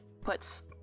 puts